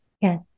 Yes